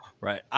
right